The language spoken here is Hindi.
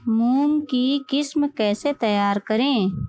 मूंग की किस्म कैसे तैयार करें?